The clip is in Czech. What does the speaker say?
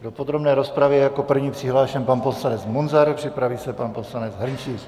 Do podrobné rozpravy je jako první přihlášen pan poslanec Munzar, připraví se pan poslanec Hrnčíř.